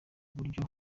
buryo